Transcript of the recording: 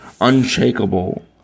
unshakable